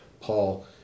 Paul